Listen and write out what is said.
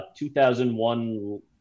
2001